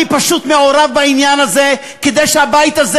אני פשוט מעורב בעניין הזה כדי שהבית הזה